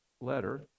letter